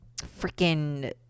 freaking